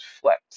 flipped